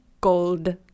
gold